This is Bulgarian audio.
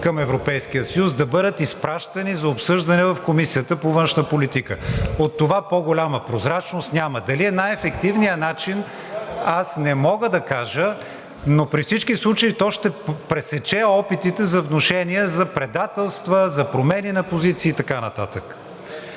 към Европейския съюз да бъдат изпращани за обсъждане в Комисията по външна политика. От това по-голяма прозрачност няма. Дали е най-ефективният начин, аз не мога да кажа, но при всички случаи то ще пресече опитите за внушения, за предателства, за промени на позиции и така нататък.